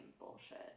bullshit